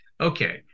okay